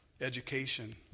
education